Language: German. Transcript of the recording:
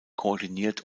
koordiniert